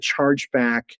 chargeback